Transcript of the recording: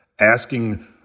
asking